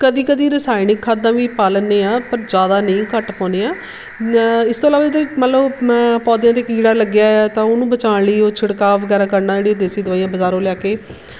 ਕਦੀ ਕਦੀ ਰਸਾਇਣਿਕ ਖਾਦਾਂ ਵੀ ਪਾ ਲੈਂਦੇ ਹਾਂ ਪਰ ਜ਼ਿਆਦਾ ਨਹੀਂ ਘੱਟ ਪਾਉਂਦੇ ਹਾਂ ਇਸ ਤੋਂ ਇਲਾਵਾ ਜਿੱਦਾਂ ਮੰਨ ਲਓ ਪੌਦਿਆਂ 'ਤੇ ਕੀੜਾ ਲੱਗਿਆ ਏ ਤਾਂ ਉਹਨੂੰ ਬਚਾਉਣ ਲਈ ਉਹ ਛਿੜਕਾਅ ਵਗੈਰਾ ਕਰਨਾ ਜਿਹੜੀ ਦੇਸੀ ਦਵਾਈਆਂ ਬਜ਼ਾਰੋਂ ਲੈ ਕੇ